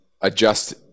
adjust